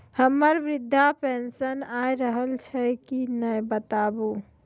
हमर वृद्धा पेंशन आय रहल छै कि नैय बताबू?